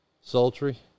sultry